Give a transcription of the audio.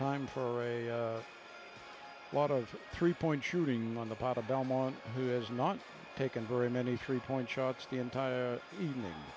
time for a lot of three point shooting on the part of belmont who has not taken very many three point shots the entire